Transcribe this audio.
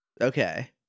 okay